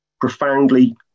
profoundly